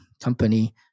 company